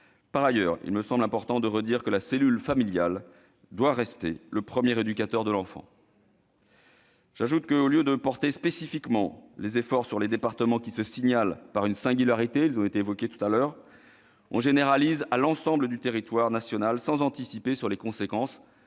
Par ailleurs, il me semble important de redire que la cellule familiale doit rester le premier éducateur de l'enfant. J'ajoute que, au lieu de porter spécifiquement les efforts sur les départements qui se signalent par une singularité- ils ont été évoqués voilà quelques instants -, on généralise à l'ensemble du territoire national, sans anticiper sur les conséquences,